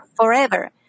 forever